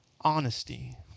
Honesty